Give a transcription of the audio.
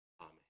Amen